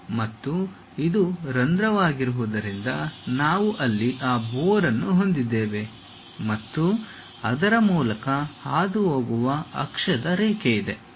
ಮತ್ತು ಇದು ರಂಧ್ರವಾಗಿರುವುದರಿಂದ ನಾವು ಅಲ್ಲಿ ಆ ಬೋರ್ ಅನ್ನು ಹೊಂದಿದ್ದೇವೆ ಮತ್ತು ಅದರ ಮೂಲಕ ಹಾದುಹೋಗುವ ಅಕ್ಷದ ರೇಖೆಯಿದೆ